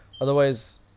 otherwise